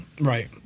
right